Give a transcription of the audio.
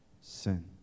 sin